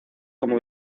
como